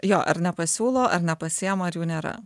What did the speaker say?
jo ar nepasiūlo ar nepasiima ar jų nėra